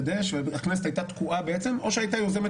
הכנסת הייתה תקועה או שהייתה יוזמת